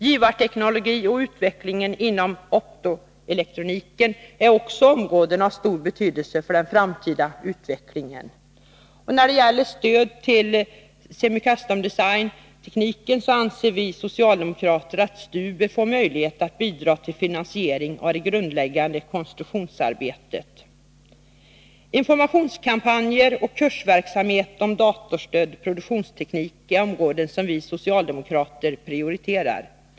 Givarteknologi och utvecklingen inom optoelektroniken är också av stor betydelse för den framtida utvecklingen. När det gäller stöd till semicustomdesign-tekniken anser vi socialdemokrater att STU bör få möjlighet att bidra till finansiering av det grundläggande konstruktionsarbetet. Informationskampanjer och kursverksamhet om datorstödd produktionsteknik är områden som vi socialdemokrater prioriterar.